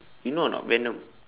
you know or not venom